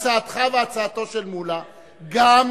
הצעתך והצעתו של מולה, תעשה הפוך.